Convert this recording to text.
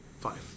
Five